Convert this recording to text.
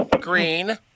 green